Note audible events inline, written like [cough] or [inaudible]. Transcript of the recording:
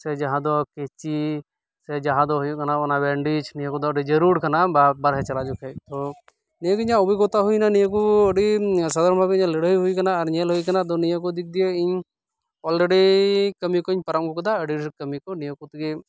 ᱥᱮ ᱡᱟᱦᱟᱸᱫᱚ ᱠᱮ ᱪᱤ ᱥᱮ ᱡᱟᱦᱟᱸᱫᱚ ᱦᱩᱭᱩᱜ ᱠᱟᱱᱟ ᱚᱱᱟ ᱵᱮᱱᱰᱮᱡᱽ ᱱᱤᱭᱟᱹ ᱠᱚᱫᱚ ᱟᱹᱰᱤ ᱡᱟᱹᱲᱩᱲ ᱠᱟᱱᱟ [unintelligible] ᱵᱟᱨᱦᱮ ᱪᱟᱞᱟᱜ ᱡᱚᱠᱷᱟᱹᱡ ᱛᱚ ᱱᱤᱭᱟᱹᱜᱮ ᱤᱧᱟᱹᱧ ᱚᱵᱷᱤᱜᱚᱛᱟ ᱦᱩᱭᱮᱱᱟ ᱱᱤᱭᱟᱹᱠᱚ ᱟᱹᱰᱤ ᱥᱟᱫᱷᱟᱨᱚᱱ ᱵᱷᱟᱵᱮ ᱞᱟᱹᱲᱦᱟᱹᱭ ᱦᱩᱭ ᱠᱟᱱᱟ ᱟᱨ ᱧᱮᱞ ᱦᱩᱭ ᱠᱟᱱᱟ ᱛᱚ ᱱᱤᱭᱟᱹᱠᱚ ᱫᱤᱠᱫᱤᱭᱮ ᱤᱧ ᱚᱞᱨᱮᱰᱤ ᱠᱟᱹᱢᱤᱠᱚᱧ ᱯᱟᱨᱚᱢ ᱟᱹᱜᱩᱠᱮᱫᱟ ᱟᱹᱰᱤ ᱰᱷᱮᱨ ᱠᱟᱹᱢᱤᱠᱚ ᱱᱤᱭᱟᱹᱠᱚ ᱛᱮᱜᱮ